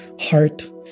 heart